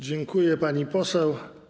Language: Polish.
Dziękuję, pani poseł.